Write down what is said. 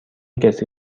کسی